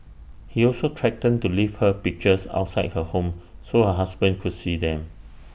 he also threatened to leave her pictures outside her home so her husband could see them